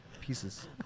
Pieces